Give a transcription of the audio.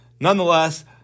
nonetheless